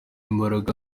imbaraga